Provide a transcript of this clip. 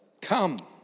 come